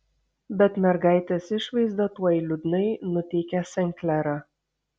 bet mergaitės išvaizda tuoj liūdnai nuteikė sen klerą